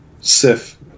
Sif